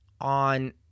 on